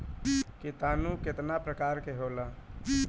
किटानु केतना प्रकार के होला?